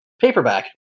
paperback